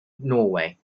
norway